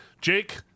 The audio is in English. Jake